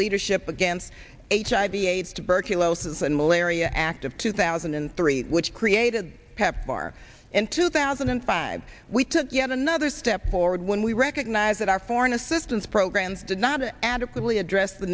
leadership against hiv aids tuberculosis and malaria act of two thousand and three which created pepfar in two thousand and five we took yet another step forward when we recognize that our foreign assistance programs did not adequately address the